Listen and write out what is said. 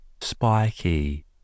Spiky